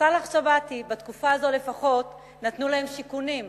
סאלח שבתי, בתקופה הזאת לפחות נתנו שיכונים להם,